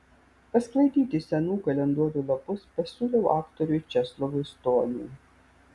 pasklaidyti senų kalendorių lapus pasiūliau aktoriui česlovui stoniui